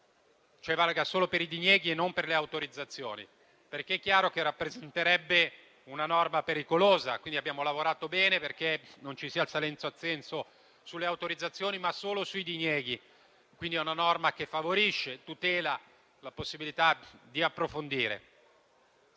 valga solo per i dinieghi e non per le autorizzazioni, perché è chiaro che sarebbe pericolosa. Abbiamo quindi lavorato bene perché non ci sia il silenzio-assenso sulle autorizzazioni, ma solo sui dinieghi, quindi si tratta di una norma che favorisce e tutela la possibilità di approfondire.